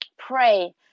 Pray